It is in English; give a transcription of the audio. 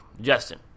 Justin